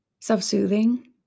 self-soothing